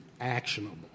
actionable